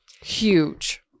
Huge